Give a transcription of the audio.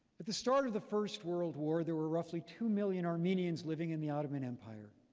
at the start of the first world war, there were roughly two million armenians living in the ottoman empire.